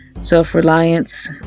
self-reliance